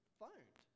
phoned